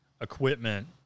equipment